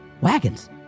Wagons